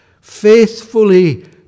faithfully